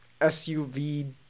suv